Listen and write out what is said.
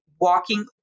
walking